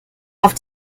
auf